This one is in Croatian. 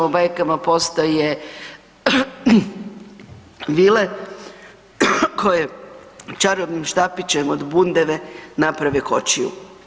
U bajkama postoje vile koje čarobnim štapićem od bundeve naprave kočiju.